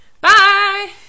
Bye